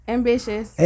Ambitious